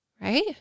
right